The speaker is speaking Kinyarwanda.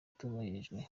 atubahirijwe